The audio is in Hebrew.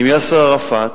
עם יאסר ערפאת,